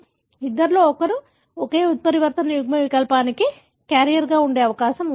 కాబట్టి ఇద్దరిలో ఒకరు ఒకే ఉత్పరివర్తన యుగ్మవికల్పానికి క్యారియర్గా ఉండే అవకాశం ఉంది